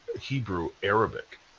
Hebrew-Arabic